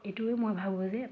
এইটোৱে মই ভাবোঁ যে